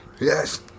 Yes